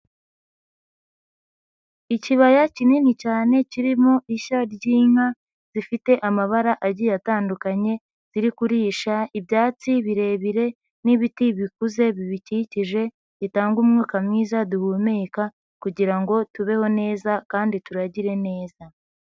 Ikibaya kinini cyane kirimo ishyo ry'inka zifite amabara agiye atandukanye, ziri kurisha ibyatsi birebire n'ibiti bikuze bibikikije bitanga umwuka mwiza duhumeka kugira ngo tubeho neza kandi turagire neza.